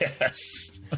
Yes